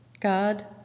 God